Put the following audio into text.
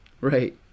Right